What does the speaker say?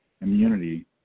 immunity